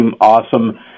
awesome